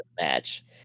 match